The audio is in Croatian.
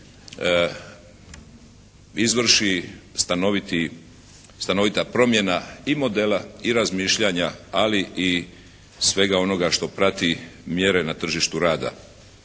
izvrši stanovita promjena i modela i razmišljanja, ali i svega onoga što prati mjere na tržištu rada.